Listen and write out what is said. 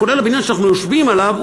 כולל הבניין שאנחנו יושבים בו,